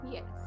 Yes